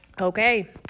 Okay